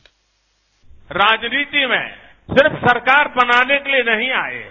bite राजनीति में सिर्फ सरकार बनाने के लिए नहीं आये हैं